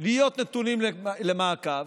להיות נתונים למעקב,